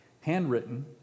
handwritten